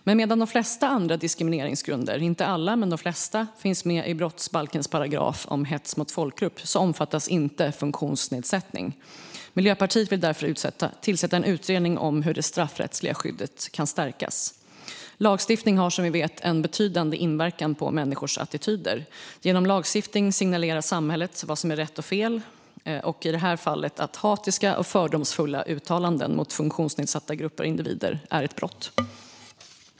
Men medan de flesta andra diskrimineringsgrunder - inte alla - finns med i brottsbalkens paragraf om hets mot folkgrupp omfattas inte funktionsnedsättning. Miljöpartiet vill därför tillsätta en utredning om hur det straffrättsliga skyddet kan stärkas. Lagstiftning har som vi vet en betydande inverkan på människors attityder. Genom lagstiftning signalerar samhället vad som är rätt och fel, i det här fallet genom att klargöra att hatiska och fördomsfulla uttalanden mot funktionsnedsatta grupper och individer är ett brott.